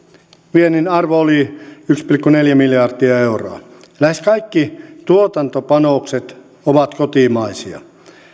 viennin arvo oli yksi pilkku neljä miljardia euroa lähes kaikki tuotantopanokset ovat kotimaisia